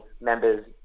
members